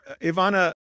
Ivana